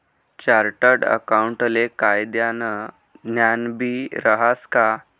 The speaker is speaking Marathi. चार्टर्ड अकाऊंटले कायदानं ज्ञानबी रहास का